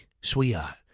sweetheart